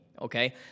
okay